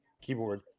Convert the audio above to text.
keyboard